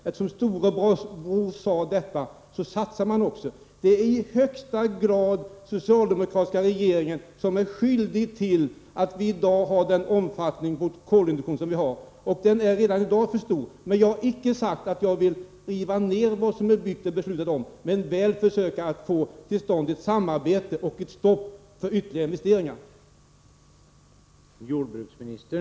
Storebror sade ju detta — då satsade man också! Det är i högsta grad den socialdemokratiska regeringen som är skyldig till att vi har kolintroduktion i nuvarande omfattning. Den omfattningen är redan i dag för stor. Men jag har inte sagt att jag vill riva ner något som är beslutat och byggt. Jag vill dock försöka få till stånd ett samarbete och ett stopp för ytterligare investeringar.